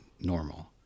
normal